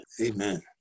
Amen